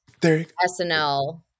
SNL